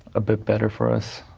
a bit better for us.